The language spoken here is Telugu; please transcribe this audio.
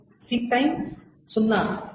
seek time 0